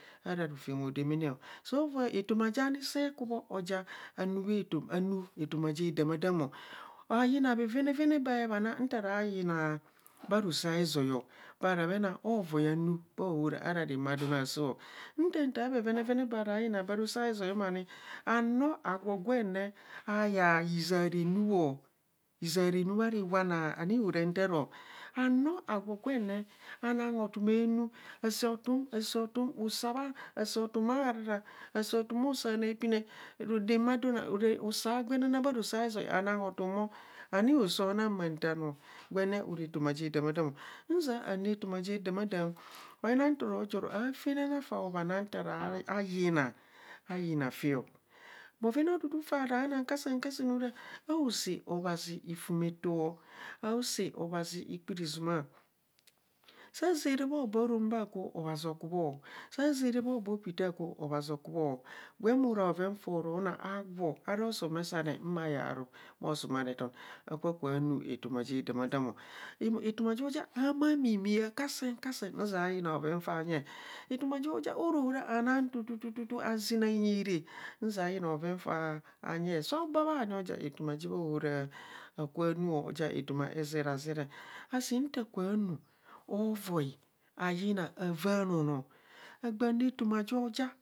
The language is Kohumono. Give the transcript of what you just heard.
Ara rofem hodemene. so voi etoma ja ni see ihubho. aja anu etoma je eamaadamo. Ayina bhovenevene baebuena nta ara yina bha roso zio bara bhenang avoid anu bhaohora ara rama dou aasoo. ntas taa bhovenevene bha ra yina baa roso izoi mani haa noo agwa gwem aa yaa hizaa renub o. hizaa renu are iwanaa ani horaa ntaaro. ha noo. agwo gwen ne anaa hotum aenu asee odu. asee otum bahararai asee otum bhusa anoo aepinaa ramaadon usa agwe nana bha roso zoi anaa hotum mo. ani oshi onaa ma taa noo gwen ne ora etoma je damaadamo nzia anu etoma je damasdam. oyina nto rojo to afenana foa obhana nta ra yina. ayina fao bhoven aodudu faa ra nang kasen ora aosee obhazi hifum eto. aosee obhazi hikpunizuma saazara bha hobo aorombo aakwo obhazi okubho. saazara bha obo aupitas aakwo obhazi okubho gwem ora bhoven foo to nang agwo ara osomesane ma yee aro bho somare then akakubha nu etoma je damaadamo. etoma jo ja mimia kasen kasen zia yina bhoven faa nye. etoma joja orora anang tutu azena hinyire. nzia yina bhoven faa nye. so baa ni aja etoma je bha ahora hakubha nwe. oja etoma exerszeree asi nta kubha nu ovoi ayina avaana anoo agba enu etoma jo ja